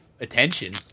attention